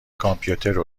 کامپیوتر